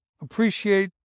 appreciate